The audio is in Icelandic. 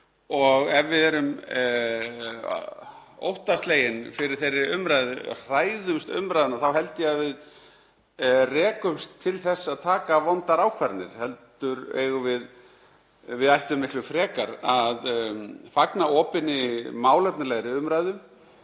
Ef við erum óttaslegin fyrir þeirri umræðu, hræðumst umræðuna, þá held ég að við rekumst til þess að taka vondar ákvarðanir. Við ættum miklu frekar að fagna opinni málefnalegri umræðu